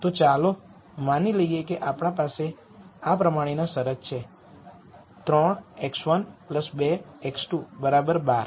તો ચાલો માની લઈએ કે આપણી પાસે આ પ્રમાણેનો શરત છે જે ૩ x૧ ૨ x૨ ૧૨